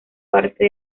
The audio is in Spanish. parte